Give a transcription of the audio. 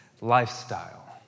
lifestyle